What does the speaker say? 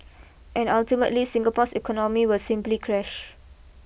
and ultimately Singapore's economy will simply crash